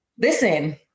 listen